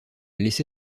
laissé